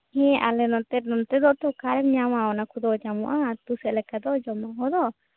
ᱦᱮᱸ ᱟᱞᱮ ᱱᱚᱛᱮ ᱱᱚᱛᱮ ᱫᱚ ᱟᱫᱚ ᱚᱠᱟᱨᱮᱢ ᱧᱟᱢᱟ ᱚᱱᱟ ᱠᱚᱫᱚ ᱧᱟᱢᱚᱜᱼᱟ ᱟᱹᱛᱩ ᱥᱮᱫ ᱞᱮᱠᱟ ᱫᱚ ᱡᱚᱢᱟᱜ ᱠᱚᱫᱚ